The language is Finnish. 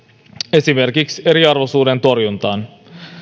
esimerkiksi eriarvoisuuden torjuntaan